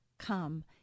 come